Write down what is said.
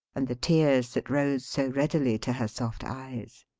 and the tears that rose so readily to her soft eyes.